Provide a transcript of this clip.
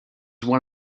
one